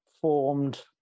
formed